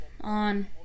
on